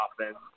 offense